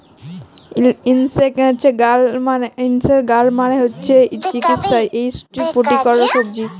ইসনেক গাড় মালে হচ্যে চিচিঙ্গা যেট ইকট পুষ্টিকর সবজি